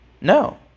No